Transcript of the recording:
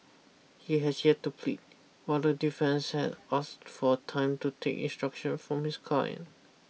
he has yet to plead while the defence had asked for time to take instruction from his client